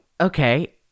Okay